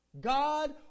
God